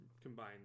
combine